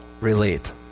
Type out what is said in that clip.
relate